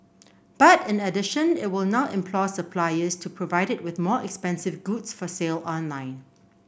but in addition it will now implore suppliers to provide it with more expensive goods for sale online